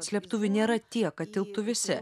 slėptuvių nėra tiek kad tilptų visi